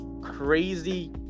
crazy